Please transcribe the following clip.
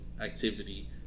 activity